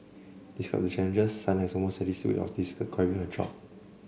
despite the challenges Sun has an almost sadistic way of describing her job